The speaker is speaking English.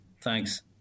Thanks